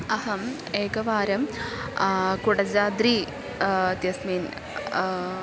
अहम् एकवारं कुडजाद्रि इत्यस्मिन्